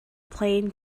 plain